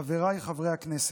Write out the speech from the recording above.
חבריי חברי הכנסת,